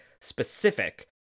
specific